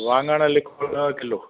वांगण लिखो ॾह किलो